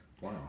wow